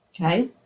okay